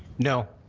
no.